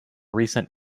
recent